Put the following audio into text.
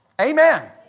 Amen